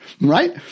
Right